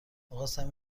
میخواستم